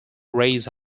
raise